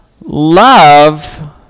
love